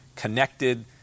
connected